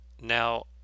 Now